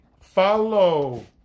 follow